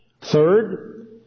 Third